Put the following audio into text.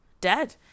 dead